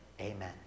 amen